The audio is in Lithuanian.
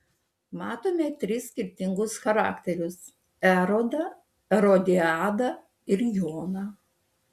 matome tris skirtingus charakterius erodą erodiadą ir joną